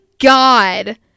god